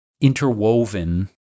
interwoven